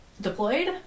deployed